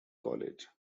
college